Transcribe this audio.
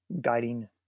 guiding